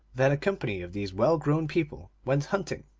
that a com pany of these well-grown people went hunting,